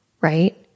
right